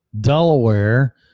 Delaware